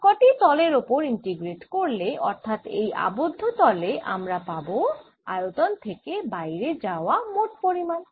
সব কটি তলের ওপর ইন্টিগ্রেট করলে অর্থাৎ এই আবদ্ধ তলে আমরা পাবো আয়তন থেকে বাইরে যাওয়া মোট পরিমাণ